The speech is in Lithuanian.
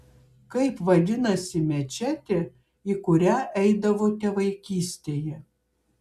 kaip vadinasi mečetė į kurią eidavote vaikystėje